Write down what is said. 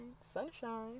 sunshine